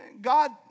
God